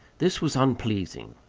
this was unpleasing.